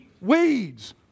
Weeds